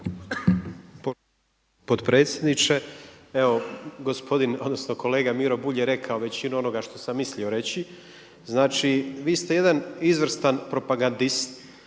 potpredsjedniče, evo gospodin, odnosno kolega Miro Bulj je rekao većinu onoga što sam mislio reći. Znači vi ste jedan izvrstan propagadist,